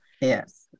Yes